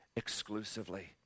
exclusively